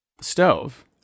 stove